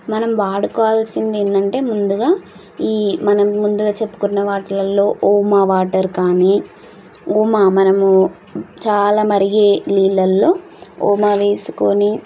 మనం వాడుకోవాల్సింది ఏంటంటే ముందుగా ఈ మనం ముందుగా చెప్పుకున్న వాటిలో ఓమా వాటర్ కానీ ఓమా మనము చాలా మరిగే నీళ్ళల్లో ఓమా వేసుకొని